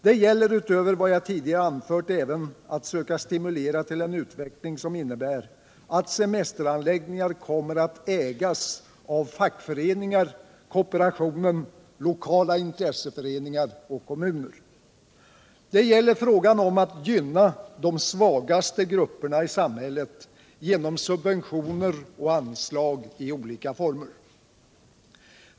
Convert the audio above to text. Det gäller utöver vad jag tidigare anfört även att söka stimulera till en utveckling som innebär att semesteranläggningar kommer att ägas av fackföreningar, kooperationen, lokala intresseföreningar och kommuner. Det gäller frågan om att gynna de svagaste grupperna i samhället genom subventioner och anslag i olika former.